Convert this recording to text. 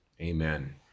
Amen